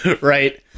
Right